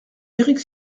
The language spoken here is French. éric